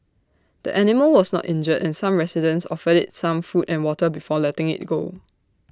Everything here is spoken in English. the animal was not injured and some residents offered IT some food and water before letting IT go